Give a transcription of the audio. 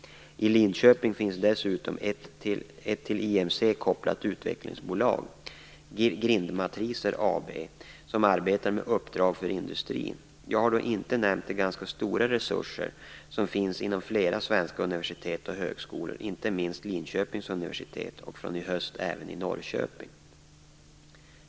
I Linköping finns dessutom ett till IMC kopplat utvecklingsbolag, Grindmatriser AB, som arbetar med uppdrag för industrin. Jag har då inte nämnt de ganska stora resurser som finns inom flera svenska universitet och högskolor, inte minst Linköpings universitet och från i höst även i Norrköping.